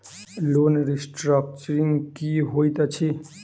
Loan restructuring की होइत अछि?